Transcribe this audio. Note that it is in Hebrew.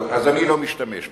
אז אני לא משתמש בו.